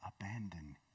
abandon